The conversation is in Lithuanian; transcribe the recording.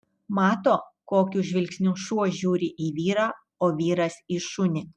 mato kokiu žvilgsniu šuo žiūri į vyrą o vyras į šunį